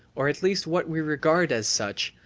or at least what we regard as such,